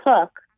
cook